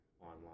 online